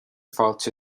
fáilte